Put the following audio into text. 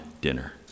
dinner